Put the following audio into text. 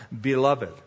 Beloved